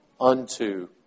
unto